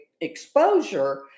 exposure